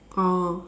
oh